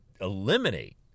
eliminate